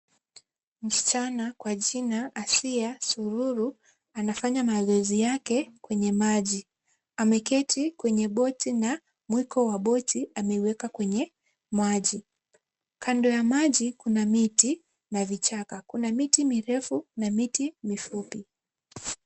Msichana kwa jina Asia sululu anafanya mazoezi yake kwenye maji. Ameketi kwenye boti na mwiko wa boti ameuweka kwenye maji. Kando ya maji kuna miti na vichaka. Kuna miti mirefu na miti mifupi.